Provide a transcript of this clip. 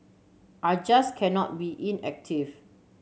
I just cannot be inactive